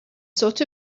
sort